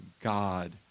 God